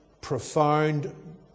profound